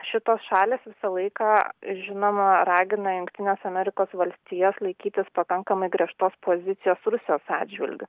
šitos šalys visą laiką žinoma ragina jungtines amerikos valstijos laikytis pakankamai griežtos pozicijos rusijos atžvilgiu